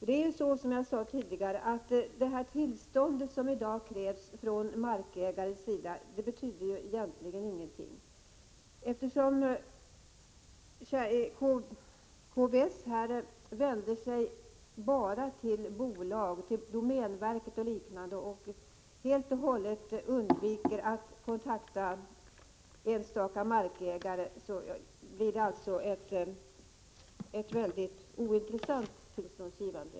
Det förhåller sig nämligen så, som jag tidigare sade, att det tillstånd som i dag krävs från markägarens sida egentligen inte betyder någonting. Eftersom KBS bara vänder sig till bolag, till domänverket och liknande, och helt och hållet undviker att kontakta enskilda markägare, blir det alltså fråga om ett ointressant tillståndsgivande.